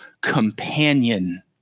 companion